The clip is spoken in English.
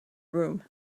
room